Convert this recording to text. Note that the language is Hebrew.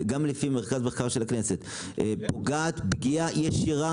שגם לפי מרכז המחקר של הכנסת היא פוגעת פגיעה ישירה